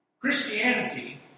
Christianity